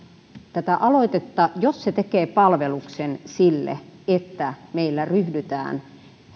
tätä aloitetta jos se tekee palveluksen sille että meillä ryhdytään